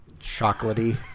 chocolatey